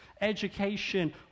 education